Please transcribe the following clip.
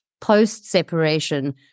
post-separation